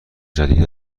جدید